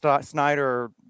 Snyder